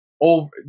over